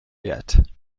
yet